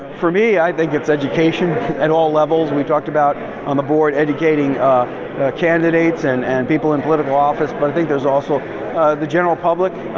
for me, i think it's education. at all levels. we talked about, on the board, educating candidates and and people in political office. but i think there's also the general public.